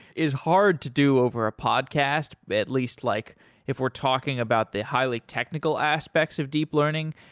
is hard to do over a podcast, at least like if we're talking about the highly technical aspects of deep learning.